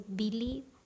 believe